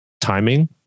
timing